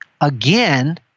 again